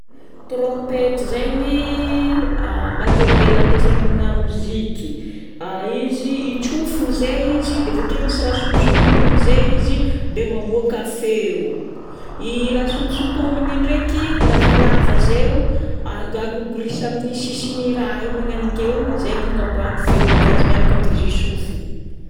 Trompety zegny matériel ampiasaigna amina moziky. Izy itsofina zay izy dia avake misy raha sintosintonina zay izy dia mamoaka feo. I raha sintosintomigna ndraiky, lavalava zay, aga- gorigorisa amin'ny sisin'i raha igny magnanikeo. Zay no agnaboahagny feo aminazy miaraka amin'izy tsofi.